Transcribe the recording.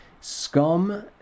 Scum